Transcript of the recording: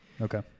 Okay